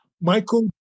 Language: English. Michael